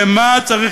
למה צריך,